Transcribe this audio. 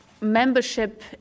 membership